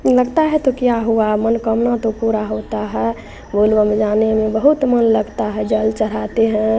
लगता है तो क्या हुआ मनोकामना तो पूरा होता है बोल बम जाने में बहुत मन लगता है जल चढ़ाते हैं